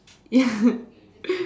ya